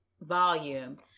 volume